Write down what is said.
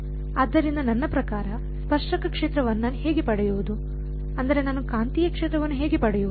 ಆದ್ದರಿಂದ ನನ್ನ ಪ್ರಕಾರ ಸ್ಪರ್ಶಕ ಕ್ಷೇತ್ರವನ್ನು ನಾನು ಹೇಗೆ ಪಡೆಯುವುದು ಅಂದರೆ ನಾನು ಕಾಂತೀಯ ಕ್ಷೇತ್ರವನ್ನು ಹೇಗೆ ಪಡೆಯುವುದು